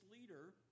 leader